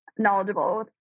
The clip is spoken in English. Knowledgeable